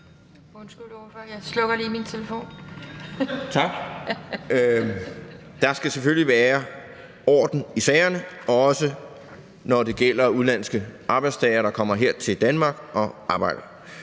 der selvfølgelig skal være orden i sagerne, også når det gælder udenlandske arbejdstagere, der kommer her til Danmark og arbejder.